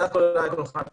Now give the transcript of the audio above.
בינתיים נשמע את אסנת.